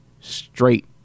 straight